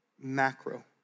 macro